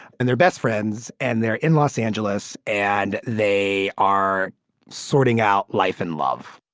and they're best friends, and they're in los angeles. and they are sorting out life and love.